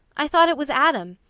i thought it was adam.